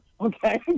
okay